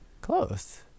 Close